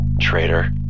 traitor